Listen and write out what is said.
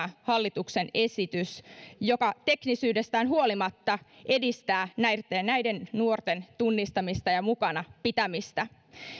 hallituksen esitys joka teknisyydestään huolimatta edistää näiden näiden nuorten tunnistamista ja mukana pitämistä